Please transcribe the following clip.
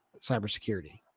cybersecurity